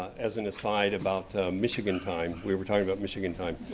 as an aside, about michigan time. we were talking about michigan time,